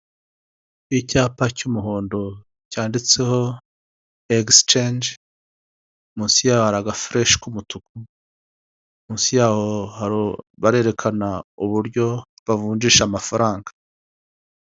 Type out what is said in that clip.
Icyapa cy'umuhondo cyanditseho egisicenje, munsi yaho hari agafureshe k'umutuku, munsi yaho haru barerekana uburyo bavunjisha amafaranga.